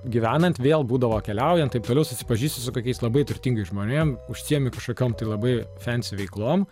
gyvenant vėl būdavo keliaujant taip toliau susipažįsti su kokiais labai turtingais žmonėmis užsiėmti kažkokiom tai labai fansy veiklom